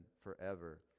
forever